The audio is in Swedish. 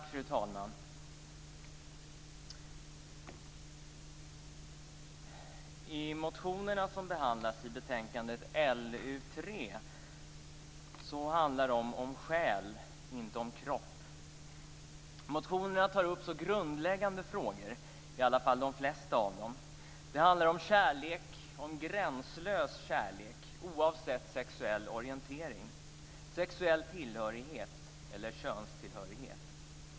Fru talman! I motionerna som behandlas i betänkandet LU3 handlar det om själ - inte om kropp. Motionerna, i alla fall de flesta av dem, tar upp grundläggande frågor. Det handlar om kärlek, om gränslös kärlek oavsett sexuell orientering, sexuell tillhörighet eller könstillhörighet.